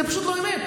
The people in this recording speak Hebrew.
זה פשוט לא אמת.